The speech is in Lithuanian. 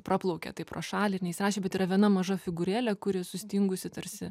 praplaukė pro šalį ir neįsirašė bet yra viena maža figūrėlė kuri sustingusi tarsi